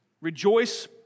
rejoice